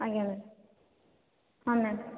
ଆଜ୍ଞା ମ୍ୟାମ ହଁ ମ୍ୟାମ